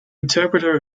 interpreter